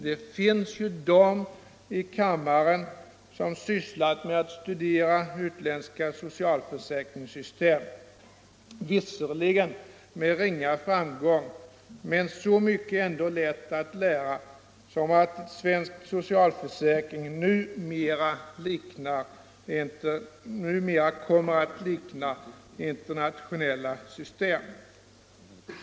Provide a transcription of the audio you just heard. Det finns en del ledamöter i kammaren som har studerat utländska socialförsäkringssystem, och även om det har skett med ringa framgång kan de ändå mycket lätt konstatera att svensk so cialförsäkring nu mera kommer att likna internationella system.